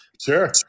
Sure